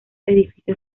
edificios